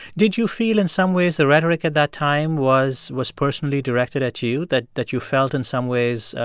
did you feel, in some ways, the rhetoric at that time was was personally directed at you, that that you felt, in some ways,